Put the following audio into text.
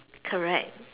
correct